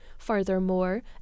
Furthermore